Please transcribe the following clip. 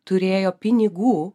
turėjo pinigų